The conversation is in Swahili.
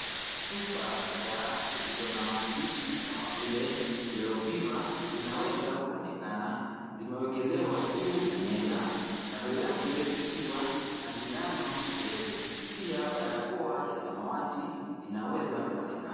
Chupa kadhaa zilizo na maandishi kama vile yellow fever zinaweza kuonekana, zimewekelewa juu ya meza, kando yake kukiwa na sindano ndefu. Pia barakoa ya samawati inaweza kuonekana.